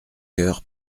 heures